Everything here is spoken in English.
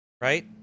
Right